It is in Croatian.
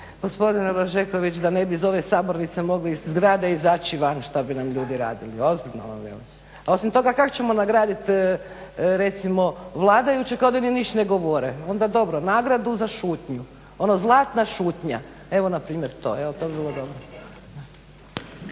da ne bi iz ove sabornice mogli iz zgrade izaći van šta bi nam ljudi radili, ozbiljno vam velim. Osim toga kako ćemo nagraditi recimo vladajuće kad oni ništa ne govore. Onda dobro, nagradu za šutnju. Ono zlatna šutnja. Evo npr. to,